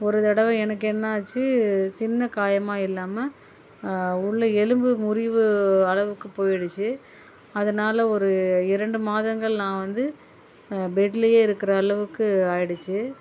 ஒரு தடவை எனக்கு என்ன ஆச்சி சின்ன காயமா இல்லாமல் உள்ள எலும்பு முறிவு அளவுக்கு போயிடுச்சு அதனால் ஒரு இரண்டு மாதங்கள் நான் வந்து பெட்லேயே இருக்கிற அளவுக்கு ஆகிடுச்சி